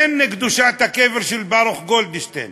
אין קדושת הקבר של ברוך גולדשטיין